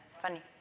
funny